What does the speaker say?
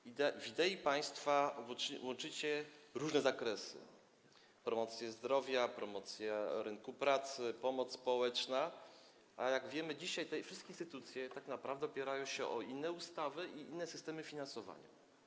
W idei państwa łączycie różne zakresy: promocję zdrowia, promocję rynku pracy, pomoc społeczną, a jak wiemy dzisiaj wszystkie te instytucje tak naprawdę opierają się na innych ustawach i inne są systemy ich finansowania.